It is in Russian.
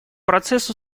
процесс